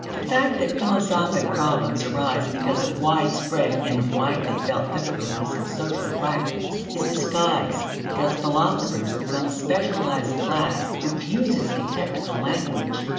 the fact that philosophic problems arise because of widespread and widely felt difficulties in social practice is disguised because philosophers become a specialized class which uses a technical language,